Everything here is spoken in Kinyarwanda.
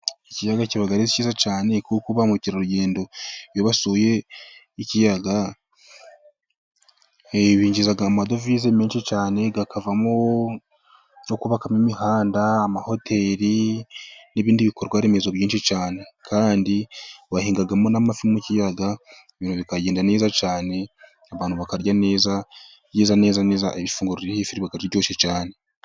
Ikiyaga kiba ari kiza cyane, kuko ba mukerarugendoiyo basuye ikiyaga binjiza amadovize menshi cyane, akavamo ayo kubakamo imihanda amahoteli n'ibindi bikorwa remezo byinshi cyane, kandi bahinga n'amafi mu kiyaga ibintu bikagenda neza cyane, abantu bakarya neza ifunguro ririho ifi riba riryoshye cyane.